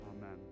amen